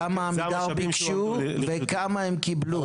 כמה עמידר ביקשו וכמה הם קיבלו?